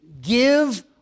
Give